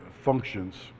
functions